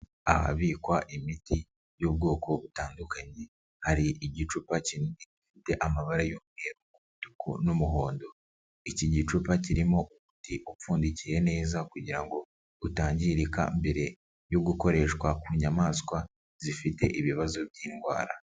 Ahabikwa imiti y'ubwoko butandukanye. Hari igicupa kinini gifite amabara y'umweru, umutuku n'umuhondo. Iki gicupa kirimo umuti upfundikiye neza kugira ngo utangirika mbere yo gukoreshwa ku nyamaswa zifite ibibazo by'indwara.